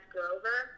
Grover